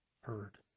heard